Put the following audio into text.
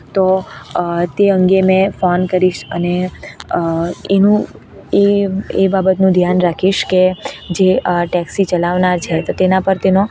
તો તે અંગે મેં ફોન કરીશ અને એનું એ એ બાબતનું ધ્યાન રાખીશ કે જે આ ટેક્સી ચલાવનાર છે તો તેના પર તેનો